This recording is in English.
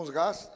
gas